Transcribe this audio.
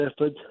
effort